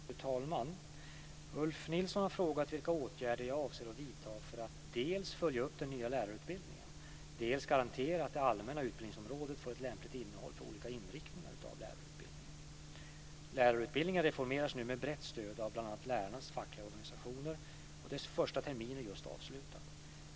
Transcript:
Fru talman! Ulf Nilsson har frågat vilka åtgärder jag avser att vidta för att dels följa upp den nya lärarutbildningen, dels garantera att det allmänna utbildningsområdet får ett lämpligt innehåll för olika inriktningar av lärarutbildningen. Lärarutbildningen reformeras nu med brett stöd av bl.a. lärarnas fackliga organisationer, och dess första termin är just avslutad.